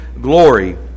glory